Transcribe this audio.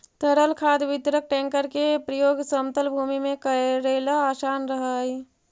तरल खाद वितरक टेंकर के प्रयोग समतल भूमि में कऽरेला असान रहऽ हई